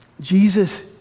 Jesus